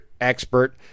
expert